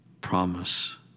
Promise